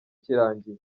kirangiye